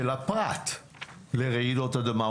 ביטוח של הפרט לרעידות אדמה,